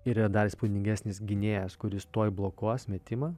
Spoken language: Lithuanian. ir yra dar įspūdingesnis gynėjas kuris tuoj blokuos metimą